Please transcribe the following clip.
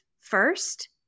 first